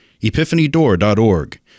epiphanydoor.org